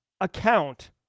account